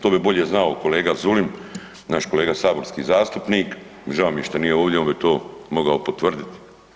To bi bolje znao kolega Zulim naš kolega saborski zastupnik, žao mi je što nije ovdje, on bi to mogao potvrditi.